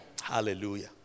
Hallelujah